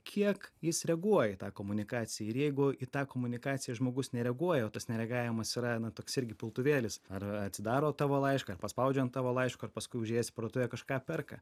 kiek jis reaguoja į tą komunikaciją ir jeigu į tą komunikaciją žmogus nereaguoja o tas nereagavimas yra na toks irgi piltuvėlis ar atsidaro tavo laišką ar paspaudžia ant tavo laiško ar paskui užėjęs į parduotuvę kažką perka